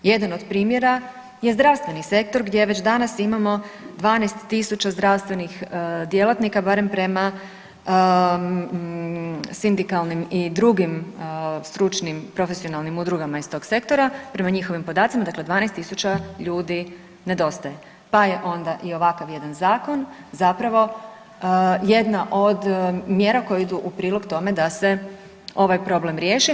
Jedan od primjera je zdravstveni sektor gdje već danas imamo 12.000 zdravstvenih djelatnika barem prema sindikalnim i drugim stručnim profesionalnim udrugama iz tog sektora, prema njihovim podacima 12.000 ljudi nedostaje, pa je onda i ovakav jedan zakon zapravo jedna od mjera koje idu u prilog tome da se ovaj problem riješi.